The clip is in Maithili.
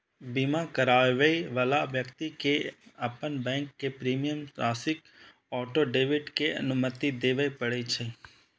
बीमा कराबै बला व्यक्ति कें अपन बैंक कें प्रीमियम राशिक ऑटो डेबिट के अनुमति देबय पड़ै छै